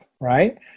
right